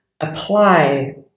apply